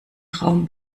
raum